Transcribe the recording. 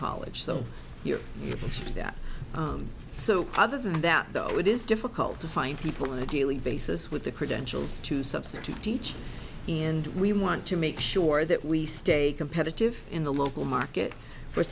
college so you're able to do that so other than that though it is difficult to find people in a daily basis with the credentials to substitute teach in and we want to make sure that we stay competitive in the local market for